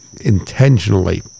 intentionally